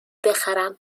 بخرم